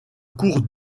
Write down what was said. cours